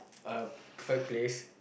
a perfect place